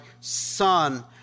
son